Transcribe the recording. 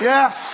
Yes